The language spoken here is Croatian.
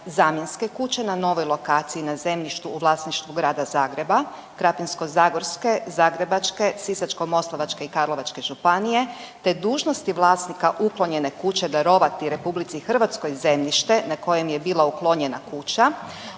zamjenske kuće na novoj lokaciji na zemljištu u vlasništvu Grada Zagreba, Krapinsko-zagorske, Zagrebačke, Sisačko-moslavačke i Karlovačke županije te dužnosti vlasnika uklonjene kuće darovati RH zemljište na kojem je bila uklonjena kuća